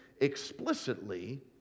explicitly